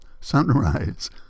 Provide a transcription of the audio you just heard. sunrise